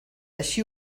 així